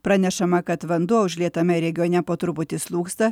pranešama kad vanduo užlietame regione po truputį slūgsta